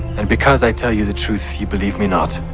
and because i tell you the truth, ye believe me not.